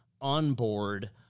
onboard